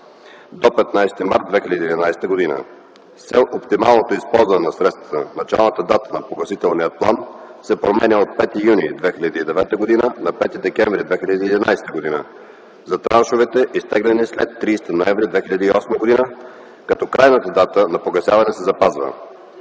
до 15 март 2011 г. С цел оптималното използване на средствата началната дата на погасителния план се променя от 5 юни 2009 г. на 5 декември 2011 г. за траншовете, изтеглени след 30 ноември 2008 г., като крайната дата на погасяване се запазва.